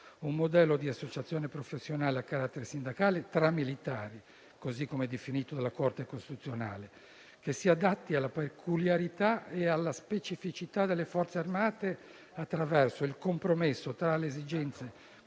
un modello di associazione professionale a carattere sindacale tra militari - così come definito dalla Corte costituzionale - che si adatti alla peculiarità e alla specificità delle Forze armate attraverso il compromesso tra le esigenze